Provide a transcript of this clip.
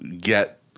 get